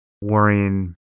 worrying